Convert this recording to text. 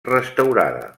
restaurada